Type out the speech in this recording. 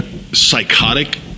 psychotic